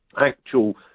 actual